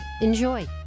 Enjoy